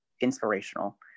inspirational